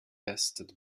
bested